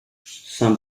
some